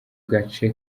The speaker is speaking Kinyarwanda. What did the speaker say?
gace